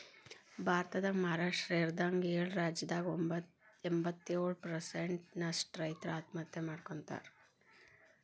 ಭಾರತದಾಗ ಮಹಾರಾಷ್ಟ್ರ ಸೇರಿದಂಗ ಏಳು ರಾಜ್ಯದಾಗ ಎಂಬತ್ತಯೊಳು ಪ್ರಸೆಂಟ್ ನಷ್ಟ ರೈತರು ಆತ್ಮಹತ್ಯೆ ಮಾಡ್ಕೋತಾರ